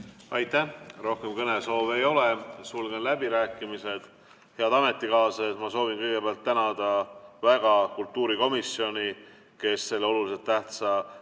Aitäh! Rohkem kõnesoove ei ole. Sulgen läbirääkimised. Head ametikaaslased! Ma soovin kõigepealt väga tänada kultuurikomisjoni, kes selle olulise tähtsusega